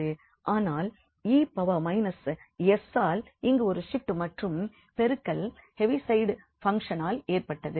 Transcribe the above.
ஆனால் e s ஆல் இங்கு ஒரு ஷிப்ட் மற்றும் பெருக்கல் ஹேவிசைடு பங்க்ஷனால் ஏற்பட்டது